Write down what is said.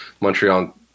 montreal